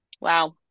Wow